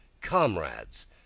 Comrades